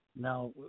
now